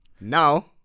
Now